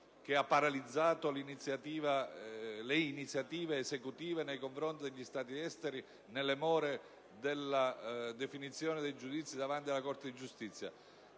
che ha paralizzato le iniziative esecutive nei confronti degli Stati esteri nelle more della definizione dei giudizi davanti alla Corte di giustizia